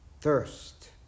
thirst